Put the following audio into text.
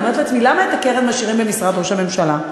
אני אומרת לעצמי: למה את הקרן משאירים במשרד ראש הממשלה?